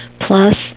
Plus